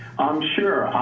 um sure,